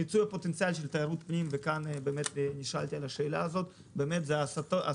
מיצוי הפוטנציאל של תיירות פנים נשאלתי על השאלה הזאת של הסטות